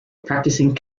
practicing